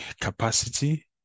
capacity